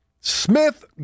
Smith